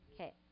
Okay